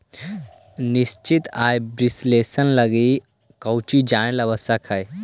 निश्चित आय विश्लेषण लगी कउची जानेला आवश्यक हइ?